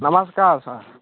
नमस्कार छ